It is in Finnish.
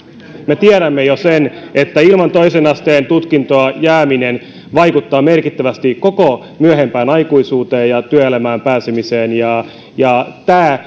me tiedämme jo sen että ilman toisen asteen tutkintoa jääminen vaikuttaa merkittävästi koko myöhempään aikuisuuteen ja työelämään pääsemiseen tämä